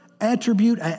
attribute